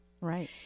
Right